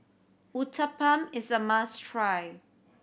uthapam is a must try